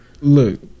Look